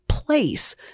Place